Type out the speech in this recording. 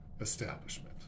establishment